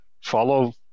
follow